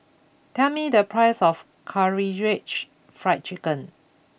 tell me the price of Karaage Fried Chicken